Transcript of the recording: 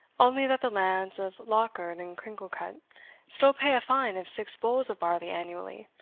only that the lands of lochard and cringlecut still pay a fine of six bolls of barley annually,